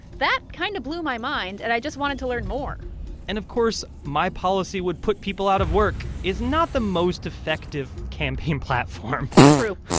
that kind of blew my mind, and i just wanted to learn more and, of course, my policy would put people out of work is not the most effective campaign platform. true,